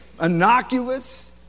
innocuous